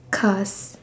cars